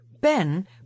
Ben